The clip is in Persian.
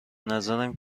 نظرم